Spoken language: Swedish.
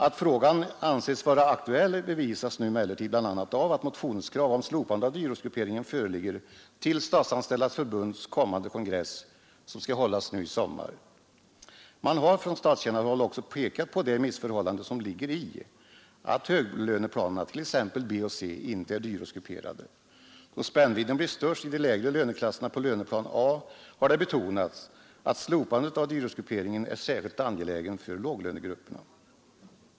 Att frågan anses vara aktuell bevisas bl.a. av att motionskrav om slopande av dyrortsgrupperingen föreligger till Statsanställdas förbunds kongress som skall hållas nu i sommar. Man har från statstjänarhåll också pekat på det missförhållande som ligger i att höglöneplanerna B och C inte är dyrortsgrupperade. Då spännvidden blir störst i de lägre löneklasserna på löneplan A, har det betonats att slopandet av dyrortsgrupperingen är särskilt angelägen för låglönegrupperna.